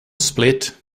split